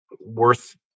worth